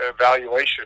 evaluation